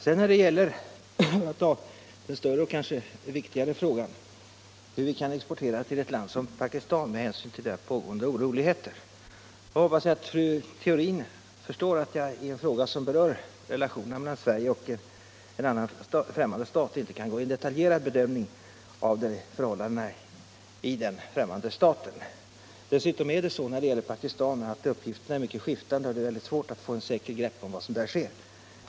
När det sedan gäller — för att ta den större och kanske viktigare frågan — hur vi kan exportera till ett land som Pakistan med hänsyn till där pågående oroligheter hoppas jag att fru Theorin förstår att jag i en fråga som berör relationerna mellan Sverige och en främmande stat inte kan gå in på en detaljerad bedömning av förhållandena i den främmande staten. Dessutom är det så när det gäller Pakistan att uppgifterna är mycket skiftande och det är svårt att få ett säkert grepp om vad som där sker.